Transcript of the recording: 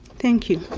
thank you.